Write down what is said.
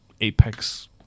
apex